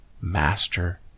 master